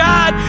God